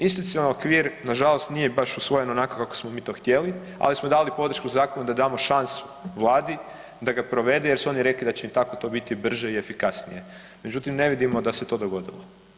Institucionalni okvir nažalost nije baš usvojen onako kako smo mi to htjeli, ali smo dali podršku zakonu da damo šansu Vladi da ga provede jer su oni rekli da će im tako to biti brže i efikasnije, međutim ne vidimo da se to dogodilo.